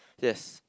yes